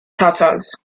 tatars